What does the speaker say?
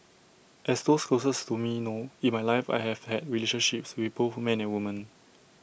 as those closest to me know in my life I have had relationships with both men and women